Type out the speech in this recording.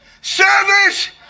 service